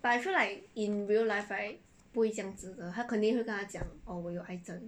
but I feel like in real life right 不会这样子他肯定会跟他讲 orh 我有癌症